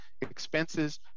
expenses